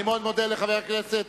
אני מאוד מודה לחבר הכנסת,